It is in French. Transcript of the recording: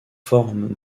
forment